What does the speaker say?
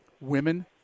Women